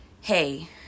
hey